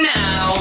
now